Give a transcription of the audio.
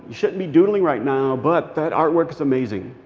shouldn't be doodling right now, but that artwork is amazing.